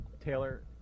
Taylor